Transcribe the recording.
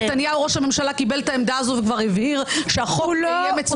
נתניהו ראש הממשלה קיבל את העמדה הזאת וכבר הבהיר שהחוק יהיה מצומצם.